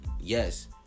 yes